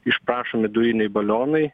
išprašomi dujiniai balionai